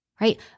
right